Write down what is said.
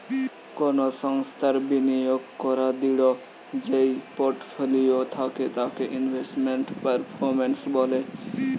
কোনো সংস্থার বিনিয়োগ করাদূঢ় যেই পোর্টফোলিও থাকে তাকে ইনভেস্টমেন্ট পারফরম্যান্স বলে